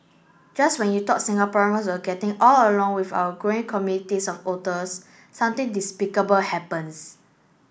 just when you thought Singaporeans were all getting along well with our growing communities of otters something despicable happens